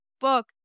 book